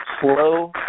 Slow